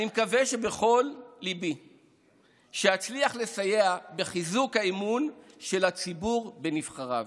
אני מקווה בכל ליבי שאצליח לסייע בחיזוק האמון של הציבור בנבחריו